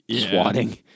SWATting